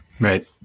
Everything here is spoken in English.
right